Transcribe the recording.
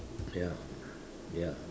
ya ya